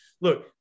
Look